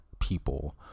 people